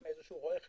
לאו דווקא אחיד,